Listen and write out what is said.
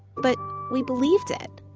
but we believed it.